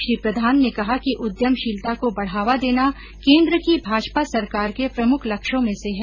श्री प्रधान ने कहा कि उद्यमशीलता को बढावा देना केन्द्र की भाजपा सरकार के प्रमुख लक्ष्यों में से है